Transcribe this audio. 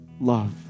love